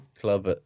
club